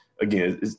again